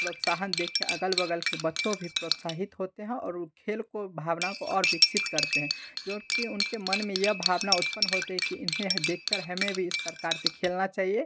प्रोत्साहन देख के अगल बग़ल के बच्चों भी प्रोत्साहित होते हैं और वो खेल की भावनाओं को और विकसित करते हैं जो कि उनके मन में यह भावना उत्पन्न होते है कि इन्हें देख कर हमें भी इस प्रकार से खेलना चाहिए